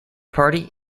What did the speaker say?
party